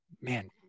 Man